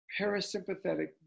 parasympathetic